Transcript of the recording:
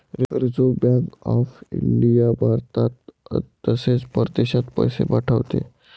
reserve bank of India भारतात तसेच परदेशात पैसे पाठवते